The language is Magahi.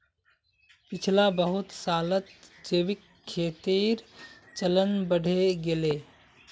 पिछला बहुत सालत जैविक खेतीर चलन बढ़े गेले